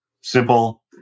simple